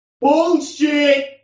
Bullshit